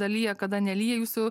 dalyje kada nelyja jūsų